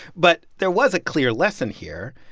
but there was a clear lesson here.